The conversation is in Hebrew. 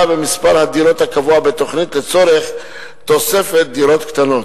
במספר הדירות הקבוע בתוכנית לצורך תוספת דירות קטנות.